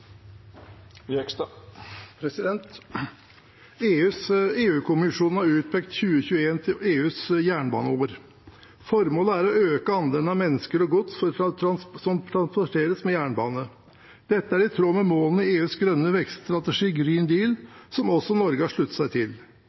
å øke andelen mennesker og gods som transporteres med jernbane. Dette er i tråd med målene i EUs grønne vekststrategi «Green Deal», som også Norge har sluttet seg til.